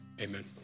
Amen